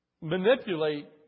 Manipulate